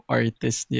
artist